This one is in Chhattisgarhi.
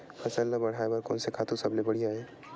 फसल ला बढ़ाए बर कोन से खातु सबले बढ़िया हे?